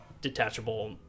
detachable